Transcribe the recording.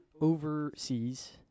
overseas